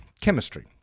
chemistry